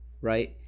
right